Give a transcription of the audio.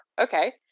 okay